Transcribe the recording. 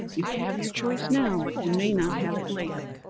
you have your choice now, but you may not have it later.